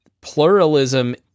pluralism